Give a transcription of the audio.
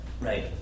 Right